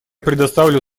предоставлю